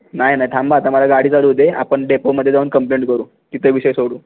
नाही नाही थांबा आता मला गाडी चालवू दे आपण डेपोमध्ये जाऊन कंप्लेंट करू तिथे विषय सोडवू